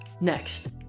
Next